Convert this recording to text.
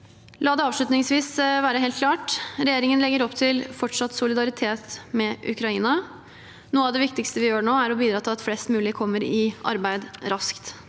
La det avslutningsvis være helt klart: Regjeringen legger opp til fortsatt solidaritet med Ukraina. Noe av det viktigste vi gjør nå, er å bidra til at flest mulig kommer i arbeid raskt.